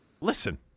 listen